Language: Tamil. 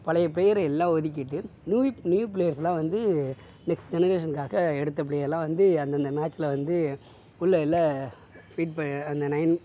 பழைய பிளேயர் எல்லாம் ஒதுக்கிட்டு நியூ நியூ பிளேயர்ஸ்லாம் வந்து நெக்ஸ்ட் ஜெனரேஷன்காக எடுத்து அப்படி எல்லாம் வந்து அந்தந்த மேட்சில் வந்து உள்ளே அந்த நைன்